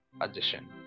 addition